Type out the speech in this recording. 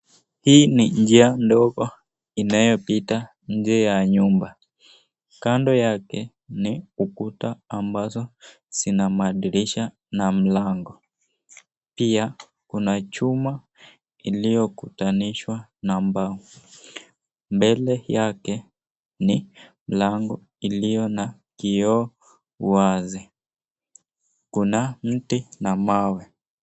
Hii ni njia ndogo inayopita nje ya nyumba. Kando yake ni ukuta ambazo zina madirisha na mlango. Pia, kuna chuma iliyokutanishwa na mbao. Mbele yake, ni mlango iliyo na kioo wazi. Kuna mti na mawe.